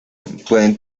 pueden